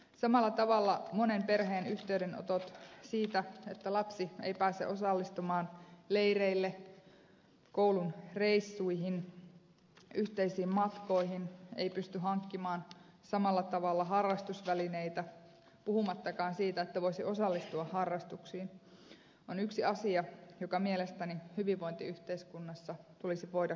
samalla tavalla monen perheen yhteydenotot siitä että lapsi ei pääse osallistumaan leireille koulun reissuihin yhteisiin matkoihin ei pysty hankkimaan samalla tavalla harrastusvälineitä puhumattakaan siitä että voisi osallistua harrastuksiin ovat yksi asia joka mielestäni hyvinvointiyhteiskunnassa tulisi voida korjata